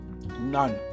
none